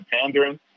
pandering